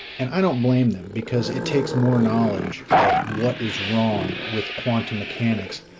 and i don't blame them, because it takes more knowledge of what is wrong with quantum mechanics,